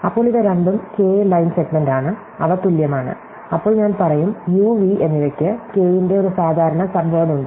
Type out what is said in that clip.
അപ്പോൾ ഇവ രണ്ടും k ലൈൻ സെഗ്മെന്റാണ് അവ തുല്യമാണ് അപ്പോൾ ഞാൻ പറയും u v എന്നിവയ്ക്ക് k ന്റെ ഒരു സാധാരണ സബ് വേർഡ് ഉണ്ട്